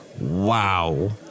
Wow